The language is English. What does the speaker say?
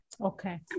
Okay